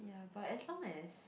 but as long as